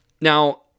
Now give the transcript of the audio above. Now